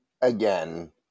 again